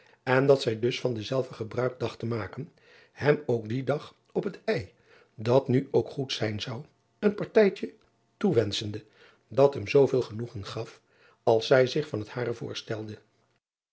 en dat zij dus van dezelve gebruik dacht te maken hem ook dien dag op het dat nu ook goed zijn zou een partijtje toewenschende dat hem zooveel genoegen gaf als zij zich van het hare voorstelde